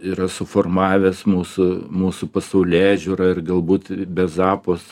yra suformavęs mūsų mūsų pasaulėžiūrą ir galbūt be zapos